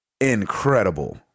incredible